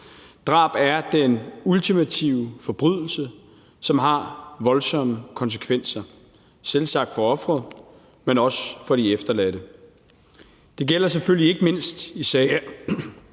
Drab er den ultimative forbrydelse, som har voldsomme konsekvenser, selvsagt for offeret, men også for de efterladte. Det gælder selvfølgelig ikke mindst i sager,